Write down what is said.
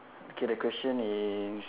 okay that question is